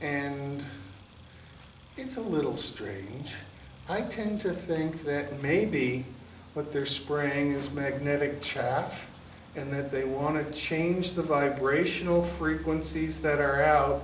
and it's a little strange i tend to think that maybe what they're spraying is magnetic chaff and that they want to change the vibrational frequencies that are out